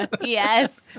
Yes